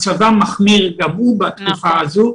מצבם מחמיר גם הוא בתקופה הזאת,